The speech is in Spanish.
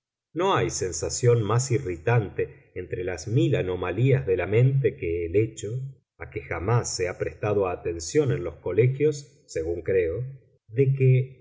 no hay sensación más irritante entre las mil anomalías de la mente que el hecho a que jamás se ha prestado atención en los colegios según creo de que